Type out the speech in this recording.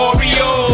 Oreo